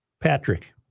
Patrick